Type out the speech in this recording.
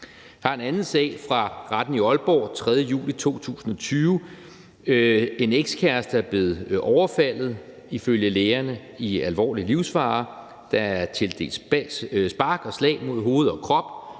Der er en anden sag fra Retten i Aalborg den 3. juli 2020. En ekskæreste er blevet overfaldet og er ifølge lægerne i alvorlig livsfare. Der er tildelt spark og slag mod hoved og krop.